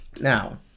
Now